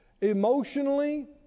emotionally